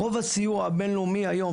רוב הסיוע הבין-לאומי היום,